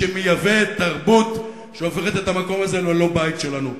שמייבא תרבות שהופכת את המקום הזה ללא-בית שלנו.